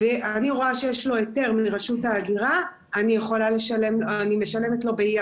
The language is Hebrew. ואני רואה שיש לו היתר מרשות ההגירה אני משלמת לו.